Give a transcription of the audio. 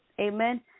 Amen